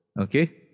okay